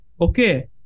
Okay